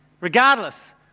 Regardless